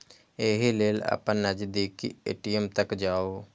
एहि लेल अपन नजदीकी ए.टी.एम तक जाउ